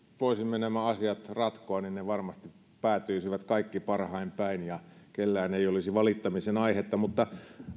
voisimme nämä asiat ratkoa ne varmasti päätyisivät kaikki parhain päin eikä kenelläkään olisi valittamisen aihetta mutta